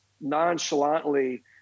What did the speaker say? nonchalantly